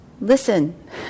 Listen